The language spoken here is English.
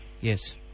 Yes